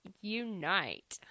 Unite